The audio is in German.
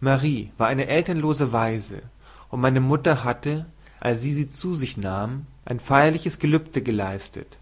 marie war eine elternlose waise und meine mutter hatte als sie sie zu sich nahm ein feierliches gelübde geleistet